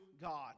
God